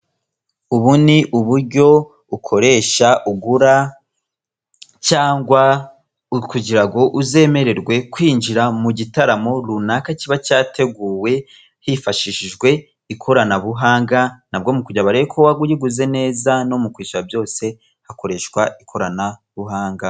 Ubu ni uburyo ukoresha ugura cyangwa kugira ngo uzemererwe kwinjira mu gitaramo runaka kiba cyateguwe hifashishijwe ikoranabuhanga nabwo kugira barebe ko wayiguze neza no mu kwishyura byose hakoreshwa ikoranabuhanga.